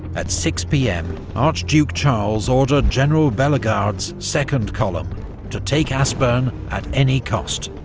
at six pm archduke charles ordered general bellegarde's second column to take aspern at any cost.